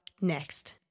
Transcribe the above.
next